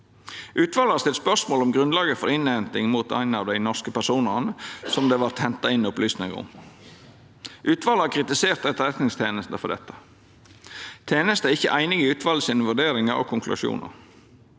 Utvalet har stilt spørsmål om grunnlaget for innhenting overfor ein av dei norske personane som det vart henta inn opplysningar om. Utvalet har kritisert Etterretningstenesta for dette. Tenesta er ikkje einig i utvalet sine vurderingar og konklusjonar.